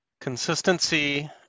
Consistency